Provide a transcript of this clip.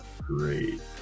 great